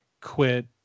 quit